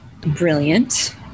brilliant